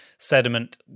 Sediment